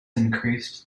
increased